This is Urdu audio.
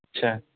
اچھا